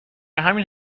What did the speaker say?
همین